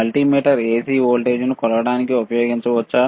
multimeter AC వోల్టేజ్ను కొలవడానికి ఉపయోగించవచ్చా